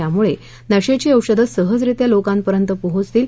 यामुळे नशेची औषधं सहजरित्या लोकांपर्यंत पोहोचतील